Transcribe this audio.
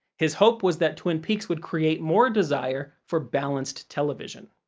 his hope was that twin peaks would create more desire for balanced tv.